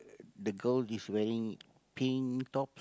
the girl is wearing pink top